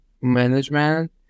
management